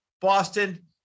Boston